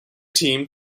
team